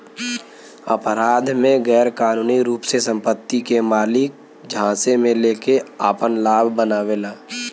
अपराध में गैरकानूनी रूप से संपत्ति के मालिक झांसे में लेके आपन लाभ बनावेला